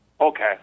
Okay